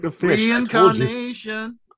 reincarnation